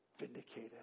Vindicated